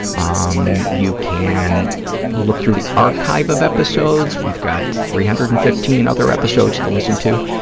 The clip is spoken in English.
um you can look through the archive of episodes. we've got three hundred and fifteen other episodes to listen to.